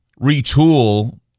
retool